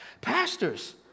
Pastors